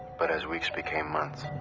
but as weeks became months.